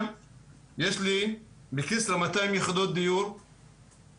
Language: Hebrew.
בכסרא יש לי מאתיים יחידות דיור בתכנית